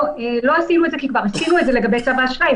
פה לא עשינו את זה כי כבר עשינו את זה בצו האשראי,